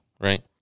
right